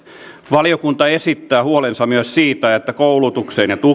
valiokunta esittää huolensa myös siitä että koulutukseen ja